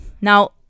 Now